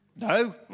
No